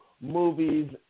movies